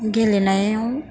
गेलेनायाव